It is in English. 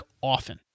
often